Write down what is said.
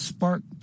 Spark